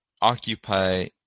occupy